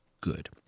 good